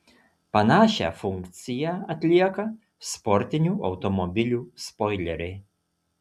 panašią funkciją atlieka sportinių automobilių spoileriai